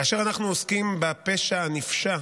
כאשר אנחנו עוסקים בפשע הנפשע